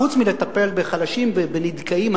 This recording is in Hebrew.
חוץ מלטפל בחלשים ובנדכאים,